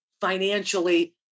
financially